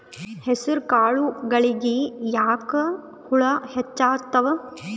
ಹೆಸರ ಕಾಳುಗಳಿಗಿ ಯಾಕ ಹುಳ ಹೆಚ್ಚಾತವ?